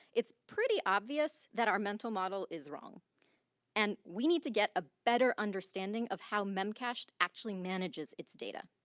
it's pretty obvious that our mental model is wrong and we need to get a better understanding of how memcached actually manages it's data.